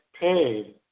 paid